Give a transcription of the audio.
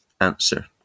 Answer